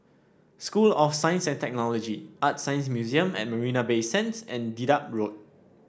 School of Science and Technology ArtScience Museum at Marina Bay Sands and Dedap Road